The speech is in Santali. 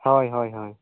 ᱦᱳᱭ ᱦᱳᱭ ᱦᱳᱭ